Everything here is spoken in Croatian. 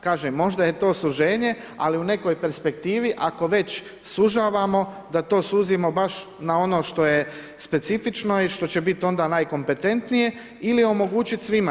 Kažem možda je to suženje ali u nekoj perspektivi, ako već sužavamo, da to suzimo baš na ono što je specifično i što će biti onda najkompetentnije ili omogućiti svima.